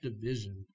division